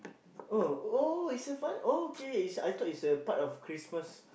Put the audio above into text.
oh oh is a fun okay is I thought is a part of Christmas